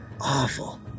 awful